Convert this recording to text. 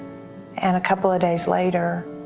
and a couple of days later,